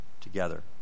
together